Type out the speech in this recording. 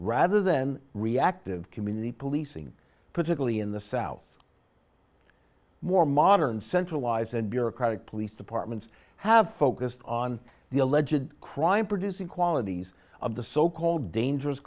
rather than reactive community policing particularly in the south more modern centralized and bureaucratic police departments have focused on the alleged crime producing qualities of the so called dangerous